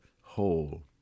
whole